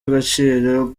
agaciro